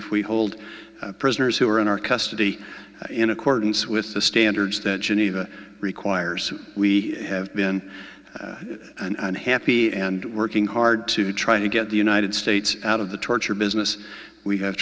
if we hold prisoners who are in our custody in accordance with the standards that geneva requires we have been and happy and working hard to try to get the united states out of the torture business we have